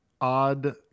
odd